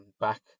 back